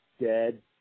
dead